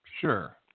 Sure